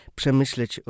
przemyśleć